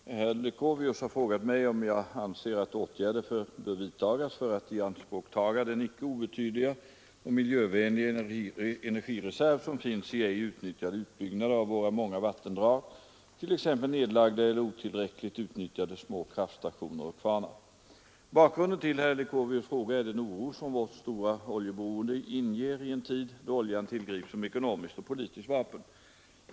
Herr talman! Herr Leuchovius har frågat mig om jag anser att åtgärder bör vidtagas för att ianspråktaga den icke obetydliga och miljövänliga energireserv som finns i ej utnyttjade utbyggnader av våra många vattendrag, t.ex. nedlagda eller otillräckligt utnyttjade små kraftstationer och kvarnar. Bakgrunden till herr Leuchovius' fråga är den oro som vårt stora oljeberoende inger i en tid då oljan tillgrips som ekonomiskt och politiskt vapen.